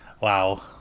Wow